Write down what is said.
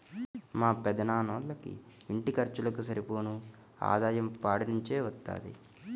మా పెదనాన్నోళ్ళకి ఇంటి ఖర్చులకు సరిపోను ఆదాయం పాడి నుంచే వత్తది